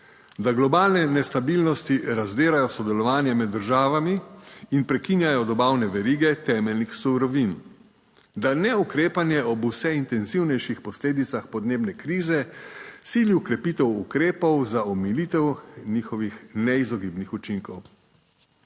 da globalne nestabilnosti razdirajo sodelovanje med državami in prekinjajo dobavne verige temeljnih surovin, da neukrepanje ob vse intenzivnejših posledicah podnebne krize sili v krepitev ukrepov za omilitev njihovih neizogibnih učinkov.